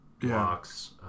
blocks